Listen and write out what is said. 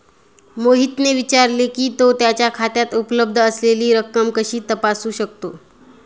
मोहितने विचारले की, तो त्याच्या खात्यात उपलब्ध असलेली रक्कम कशी तपासू शकतो?